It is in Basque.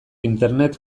internet